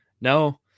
No